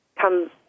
come